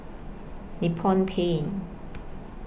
Nippon Paint